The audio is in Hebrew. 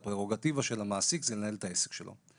הפררוגטיבה של המעסיק זה לנהל את העסק שלו.